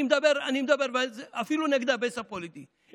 אני מדבר אפילו נגד הבייס הפוליטי.